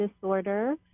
disorder